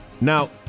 now